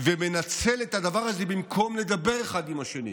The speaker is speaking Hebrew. ומנצל את הדבר הזה במקום לדבר אחד עם השני.